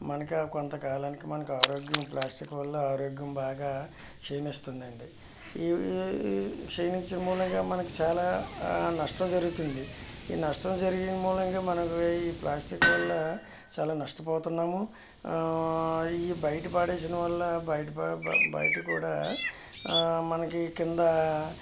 మనకి కొం తకాలానికి మనకు ఆరోగ్యం ప్లాస్టిక్ వల్ల ఆరోగ్యం బాగా క్షీణిస్తుందండి ఈ ఈ క్షీణించ మూలంగా మనకు చాలా నష్టం జరుగుతుంది ఈ నష్టం జరిగిన మూలంగా మనకి ఈ ప్లాస్టిక్ వల్ల చాలా నష్టపోతున్నాము ఈ బయట పడేసిన వల్ల బయట బయట కూడా మనకి కింద